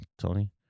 Tony